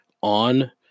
on